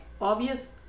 obvious